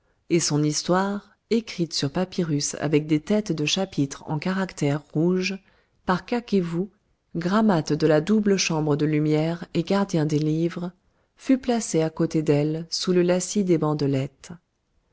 et son histoire écrite sur papyrus avec des têtes de chapitre en caractères rouges par kakevou grammate de la double chambre de lumière et gardien des livres fut placée à côté d'elle sous le lacis des bandelettes